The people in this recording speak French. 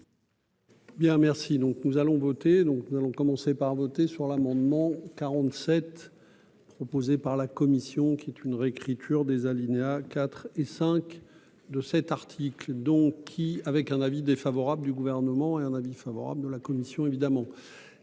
voter, donc nous allons commencer par voter sur l'amendement 47 proposé par la commission, qui est une réécriture des alinéas 4 et 5 de cet article, donc avec un avis défavorable du gouvernement et un avis favorable de la commission évidemment